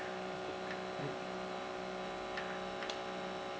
hmm